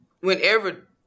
whenever